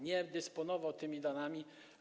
Nie dysponował tymi danymi.